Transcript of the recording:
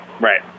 right